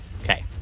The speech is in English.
Okay